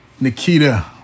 Nikita